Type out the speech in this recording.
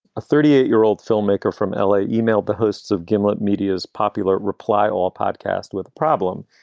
a thirty eight year old filmmaker from l a. emailed the hosts of gimlet media's popular reply all podcast with the problem.